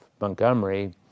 Montgomery